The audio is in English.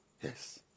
Yes